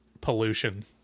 pollution